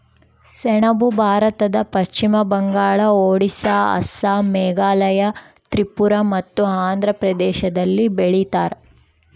ಸೆಣಬು ಭಾರತದ ಪಶ್ಚಿಮ ಬಂಗಾಳ ಒಡಿಸ್ಸಾ ಅಸ್ಸಾಂ ಮೇಘಾಲಯ ತ್ರಿಪುರ ಮತ್ತು ಆಂಧ್ರ ಪ್ರದೇಶದಲ್ಲಿ ಬೆಳೀತಾರ